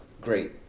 great